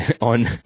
on